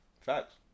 facts